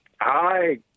Hi